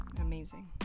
amazing